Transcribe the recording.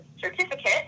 certificate